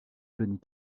johnny